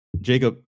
Jacob